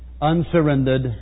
unsurrendered